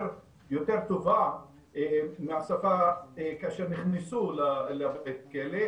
טובה מהשפה כאשר הם נכנסו לבית הכלא,